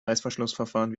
reißverschlussverfahren